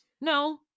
no